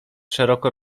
szeroko